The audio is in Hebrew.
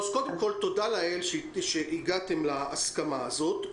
תודה לאל שהגעתם להסכמה הזאת.